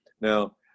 Now